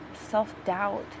self-doubt